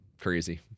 crazy